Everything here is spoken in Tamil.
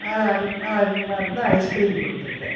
மேலே அதுக்கு மேலே அதிகமாக இருந்தால் ஐஸ்கிரீம் கொடுத்துருங்க